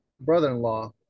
brother-in-law